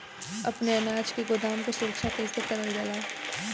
अपने अनाज के गोदाम क सुरक्षा कइसे करल जा?